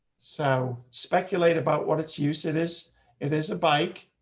so speculate about what its use. it is it is a bike.